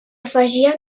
afegia